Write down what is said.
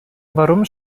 warum